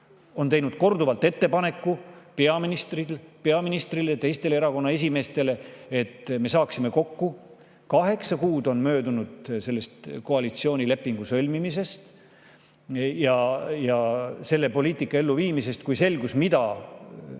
on teinud korduvalt ettepaneku peaministrile ja teistele erakonnaesimeestele, et me saaksime kokku. Kaheksa kuud on möödunud koalitsioonilepingu sõlmimisest ja selle poliitika elluviimise [algusest].